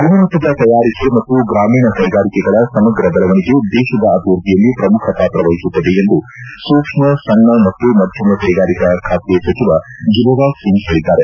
ಗುಣಮಟ್ಟದ ತಯಾರಿಕೆ ಮತ್ತು ಗ್ರಾಮೀಣ ಕೈಗಾರಿಕೆಗಳ ಸಮಗ್ರ ಬೆಳವಣಿಗೆ ದೇಶದ ಅಭಿವೃದ್ದಿಯಲ್ಲಿ ಪ್ರಮುಖ ಪಾತ್ರವಹಿಸುತ್ತದೆ ಎಂದು ಸೂಕ್ಷ್ನ ಸಣ್ಣ ಮತ್ತು ಮಧ್ಯಮ ಕೈಗಾರಿಕಾ ಖಾತೆ ಸಚಿವ ಗಿರಿರಾಜ್ ಸಿಂಗ್ ಹೇಳಿದ್ದಾರೆ